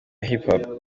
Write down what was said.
hiphop